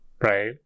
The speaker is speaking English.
right